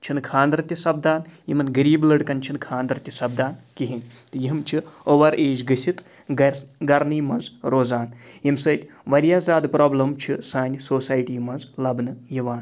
چھِنہٕ خانٛدرٕ تہِ سَپدان یِمَن غریٖب لٔڑکَن چھِنہٕ خانٛدَر تہِ سَپدان کِہیٖنۍ تہٕ یِم چھِ اوٚوَر ایج گٔژھِتھ گَر گَرنی منٛز روزان ییٚمہِ سۭتۍ واریاہ زیادٕ پرٛابلِم چھِ سانہِ سوسایٹی منٛز لَبنہٕ یِوان